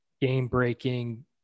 game-breaking